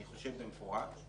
אני חושב במפורש,